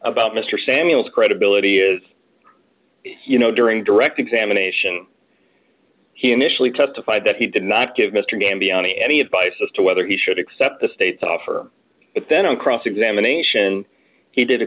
about mr samuels credibility is you know during direct examination he initially testified that he did not give mr gambian any advice as to whether he should accept the state's offer but then on cross examination he did a